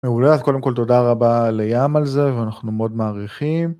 מעולה, אז קודם כל תודה רבה לים על זה, ואנחנו מאוד מעריכים.